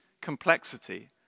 complexity